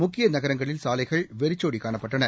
முக்கிய நகரங்களில் சாலைகள் வெறிச்சோடி காணப்பட்டன